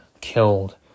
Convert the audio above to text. killed